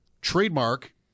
trademark